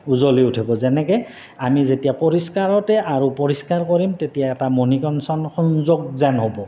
উজ্জ্বলি উঠিব যেনেকৈ আমি যেতিয়া পৰিষ্কাৰতে আৰু পৰিষ্কাৰ কৰিম তেতিয়া এটা মনিকাঞ্চন সংযোগ যেন হ'ব